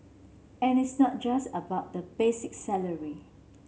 and it's not just about the basic salary